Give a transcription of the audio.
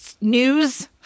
news